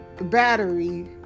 battery